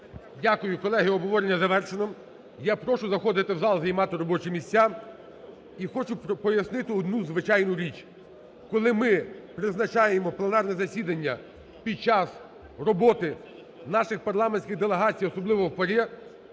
Дякую. Колеги, обговорення завершено. Я прошу заходити в зал, займати робочі місця. І хочу пояснити одну звичайну річ: коли ми призначаємо пленарне засідання під час роботи наших парламентських делегацій, особливо в ПАРЄ,